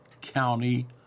County